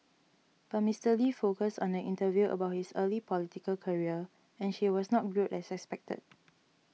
but Mister Lee focused on the interview about his early political career and she was not grilled as expected